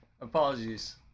Apologies